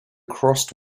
crossed